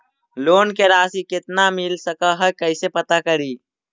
Loan के रासि कितना मिल सक है कैसे पता करी?